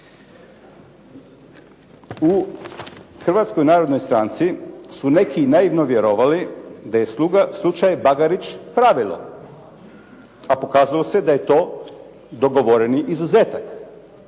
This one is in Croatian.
U Hrvatskoj narodnoj stranci su neki naivno vjerovali da je slučaj Bagarić pravilo, a pokazalo se da je to dogovoreni izuzetak.